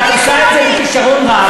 ואת עושה את זה בכישרון רב,